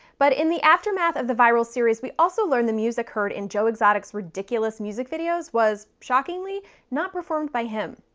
but in the aftermath of the viral series we also learned the music heard in joe exotic's ridiculous music videos was shockingly not performed by him.